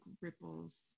ripples